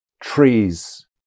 trees